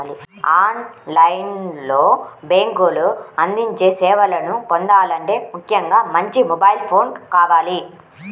on line లో బ్యేంకులు అందించే సేవలను పొందాలంటే ముఖ్యంగా మంచి మొబైల్ ఫోన్ కావాలి